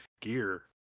gear